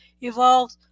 evolved